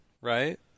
right